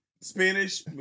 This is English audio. Spanish